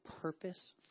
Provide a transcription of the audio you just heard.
purpose